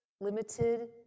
limited